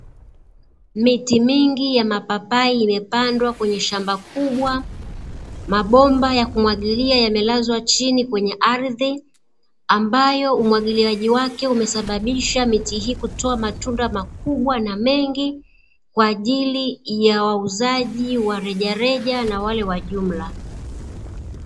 Miti mingi ya mapapai imepandwa kwenye shamba kubwa, mabomba ya kumwagilia yamelazwa chini kwenye ardhi, ambayo umwagiliaji wake umesababisha miti hii kutoa matunda makubwa na mengi kwa ajili ya wauzaji wa rejareja na wale wa jumla.